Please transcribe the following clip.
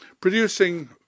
Producing